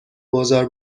بازار